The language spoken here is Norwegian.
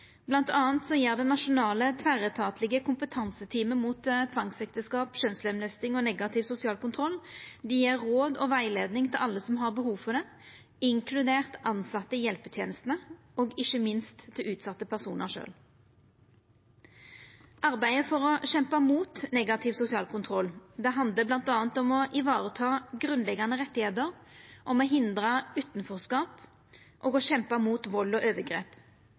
og negativ sosial kontroll råd og rettleiing til alle som har behov for det, inkludert tilsette i hjelpetenestene og ikkje minst utsette personar sjølve. Arbeidet for å kjempa mot negativ sosial kontroll handlar bl.a. om å vareta grunnleggjande rettar, om å hindra utanforskap og om å kjempa mot vald og overgrep.